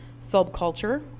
subculture